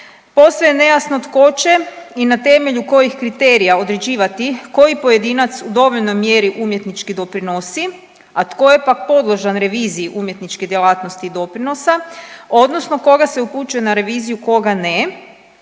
Posve je nejasno tko će i na temelju kojih kriterija određivati koji pojedinac u dovoljnoj mjeri umjetnički doprinosi, a tko je pak podložan reviziji umjetničke djelatnosti i doprinosa odnosno koga se upućuje na reviziju, koga ne.